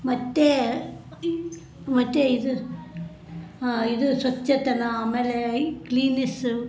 ಮತ್ತು ಮತ್ತು ಇದು ಇದು ಸ್ವಚ್ಛತನ ಆಮೇಲೆ ಕ್ಲೀನಿಸ್ಸು